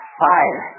fire